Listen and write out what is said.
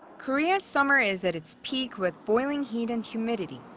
korea's summer is at its peak with boiling heat and humidity.